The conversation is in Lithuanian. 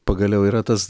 pagaliau yra tas